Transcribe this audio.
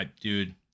Dude